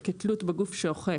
כתלות בגוף שאוכף.